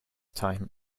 time